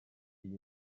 iyi